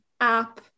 app